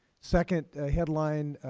second headline,